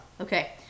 Okay